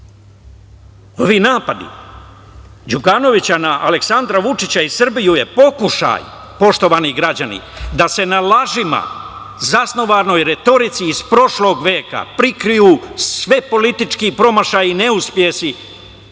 napadi Đukanovića na Aleksandra Vučića i Srbiju je pokušaj, poštovani građani, da se na lažima zasnovanoj retorici iz prošlog veka, prikriju svi politički promašaji, neuspesi,